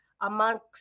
amongst